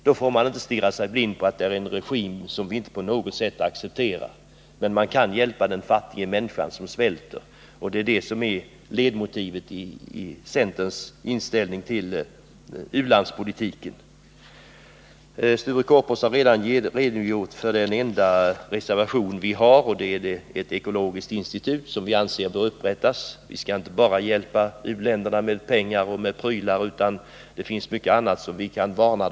Då får man inte stirra sig blind på att där är en regim som vi inte på något sätt accepterar. Man kan hjälpa den fattiga människan som svälter. Det är det som är ledmotivet i centerns inställning till ulandspolitiken. Sture Korpås har redan redogjort för den enda reservation vi har. Vi anser att ett ekologiskt institut bör upprättas. Vi skall inte hjälpa u-länderna bara med pengar och prylar. Det finns mycket annat vi kan göra.